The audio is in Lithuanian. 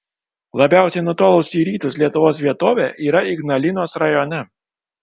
labiausiai nutolusi į rytus lietuvos vietovė yra ignalinos rajone